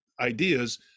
ideas